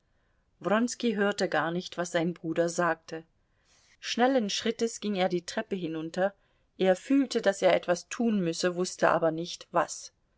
hörte gar nicht was sein bruder sagte schnellen schrittes ging er die treppe hinunter er fühlte daß er etwas tun müsse wußte aber nicht was